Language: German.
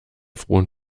frohen